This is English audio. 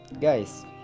Guys